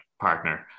partner